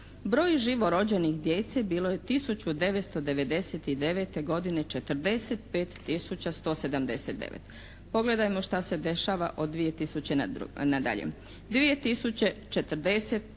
Broj živo rođenih djece bilo je 1999. godine 45 tisuća 179. Pogledajmo šta se dešava od 2000 nadalje.